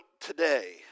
today